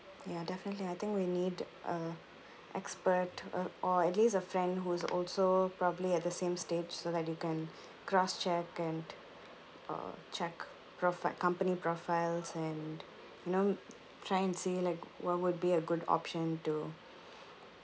ya definitely I think we need uh expert uh or at least a friend who is also probably at the same stage so that you can cross check and uh check profi~ company profiles and you know trying to see like what would be a good option to